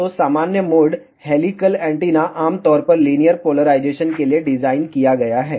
तो सामान्य mode helical antenna आमतौर पर लीनियर पोलराइजेशन के लिए डिज़ाइन किया गया है